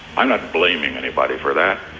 i'm not blaming anybody for that.